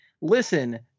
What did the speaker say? listen